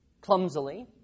clumsily